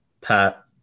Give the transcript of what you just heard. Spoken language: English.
pat